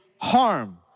harm